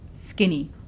skinny